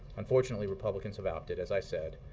unfortunately, republicans have opted, as i said,